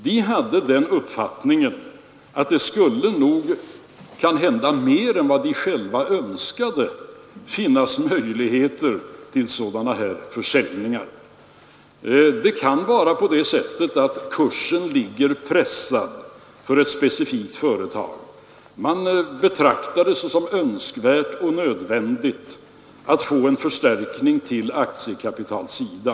De hade den uppfattningen att det — kanske mer än de själva önskade — borde finnas möjligheter till sådana här försäljningar. Det kan vara på det sättet att kursen är pressad för ett specifikt företag, man betraktar det såsom önskvärt och nödvändigt att få en förstärkning på aktiekapitalsidan.